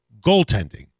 goaltending